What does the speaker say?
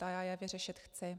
A já je vyřešit chci.